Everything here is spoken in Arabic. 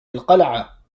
القلعة